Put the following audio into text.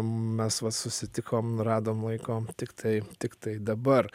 mes va susitikom radom laiko tiktai tiktai dabar